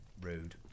Rude